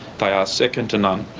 they are second to none.